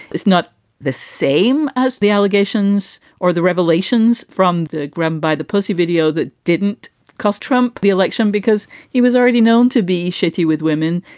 it's not the same as the allegations or the revelations from the graham by the posted video that didn't cost trump the election because he was already known to be shitty with women.